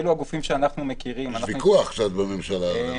אלה הגופים שאנחנו מכירים --- יש ויכוח בממשלה על זה.